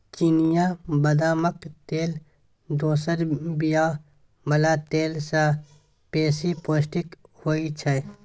चिनियाँ बदामक तेल दोसर बीया बला तेल सँ बेसी पौष्टिक होइ छै